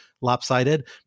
lopsided